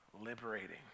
liberating